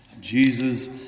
Jesus